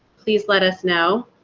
please let us know.